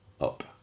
up